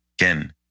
Again